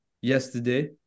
yesterday